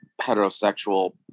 heterosexual